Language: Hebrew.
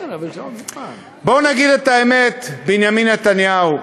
בוא נגיד את האמת, בנימין נתניהו,